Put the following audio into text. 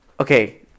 okay